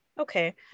Okay